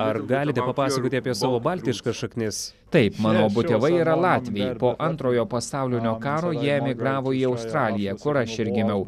ar galite papasakoti apie savo baltiškas šaknis taip mano abu tėvai yra latviai po antrojo pasaulinio karo jie emigravo į australiją kur aš ir gimiau